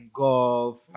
golf